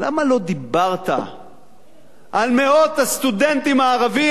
למה לא דיברת על מאות הסטודנטים הערבים,